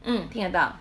mm 听得到